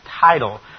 title